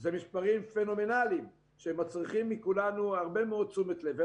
אלה מספרים פנומנליים שמצריכים מכולנו הרבה מאוד תשומת לב.